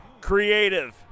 creative